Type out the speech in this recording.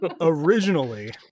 originally